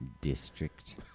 district